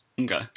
Okay